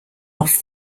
off